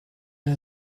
and